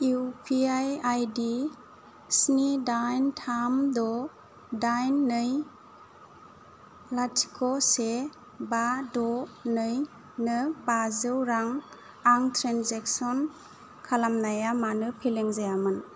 U P I ID स्नि दाइन थाम द' दाइन नै लाथिख' से बा द' नैनो बाजौ रां आं ट्रेन्जेक्सन खालामनाया मानो फेलें जायामोन